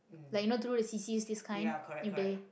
like you know through the C_Cs this kind if they